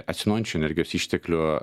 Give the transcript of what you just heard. atsinaujinančių energijos išteklių